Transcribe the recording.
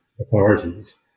authorities